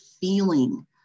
feeling